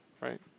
right